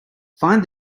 find